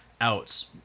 outs